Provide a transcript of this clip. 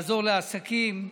לעזור לעסקים.